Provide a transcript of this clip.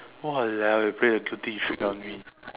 !walao! eh play the guilty trick on me